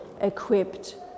equipped